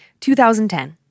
2010